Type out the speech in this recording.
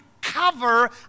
cover